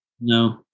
No